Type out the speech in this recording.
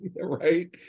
Right